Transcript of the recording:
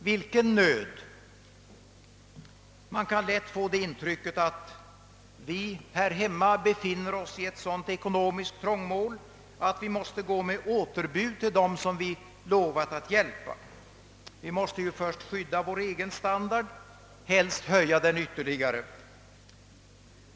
Vilken nöd? Man kan lätt få det intrycket att vi här hemma befinner oss i ett sådant ekonomiskt trångmål att vi måste gå med återbud till dem vi lovat att hjälpa. Vi måste ju först skydda vår egen standard och helst höja den ytterligare.